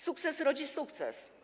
Sukces rodzi sukces.